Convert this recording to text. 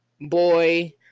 Boy